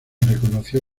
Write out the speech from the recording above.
reconoció